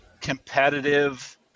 competitive